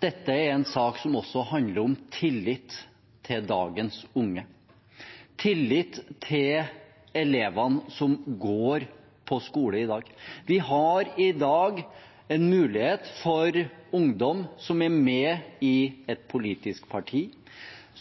Dette er en sak som også handler om tillit til dagens unge – tillit til elevene som går på skole i dag. Vi har i dag en mulighet for ungdom som er med i et politisk parti,